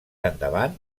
endavant